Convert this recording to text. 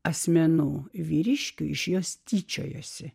asmenų vyriškiui iš jos tyčiojosi